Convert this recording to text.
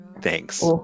Thanks